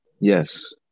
Yes